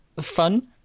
fun